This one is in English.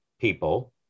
people